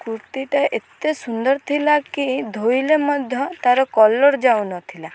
କୁର୍ତ୍ତୀଟା ଏତେ ସୁନ୍ଦର ଥିଲା କି ଧୋଇଲେ ମଧ୍ୟ ତାର କଲର୍ ଯାଉନଥିଲା